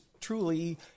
truly